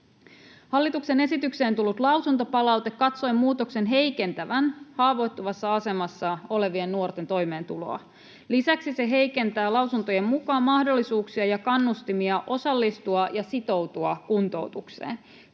Hallituksen esitykseen tullut lausuntopalaute katsoi muutoksen heikentävän haavoittuvassa asemassa olevien nuorten toimeentuloa. Lisäksi se heikentää lausuntojen mukaan mahdollisuuksia ja kannustimia osallistua ja sitoutua kuntoutukseen.